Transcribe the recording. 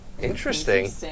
Interesting